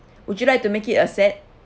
would you like to make it a set